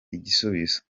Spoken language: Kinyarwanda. igisubizo